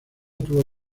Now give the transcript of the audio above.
tuvo